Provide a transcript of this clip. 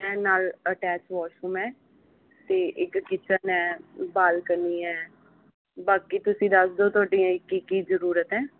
ਨਾਲ attach washroom ਹੈ ਤੇ ਇੱਕ ਕੀਚਨ ਹੈ ਤੇ ਇੱਕ ਬਾਲਕਨੀ ਹੈ ਬਾਕੀ ਤੁਸੀਂ ਦੱਸ ਦੋ ਤੁਹਾਡੀ ਕੀ ਕੀ ਜਰੂਰਤ ਹੈ